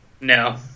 No